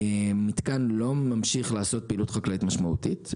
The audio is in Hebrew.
שהמתקן לא ממשיך לעשות פעילות חקלאית משמעותית,